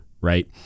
right